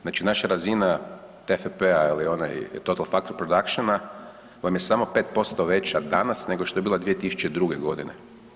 Znači naša razina TPF-a ili onaj total factor productivity vam je samo 5% veća danas nego što je bila 2002. godine.